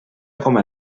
coma